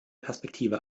perspektive